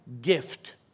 gift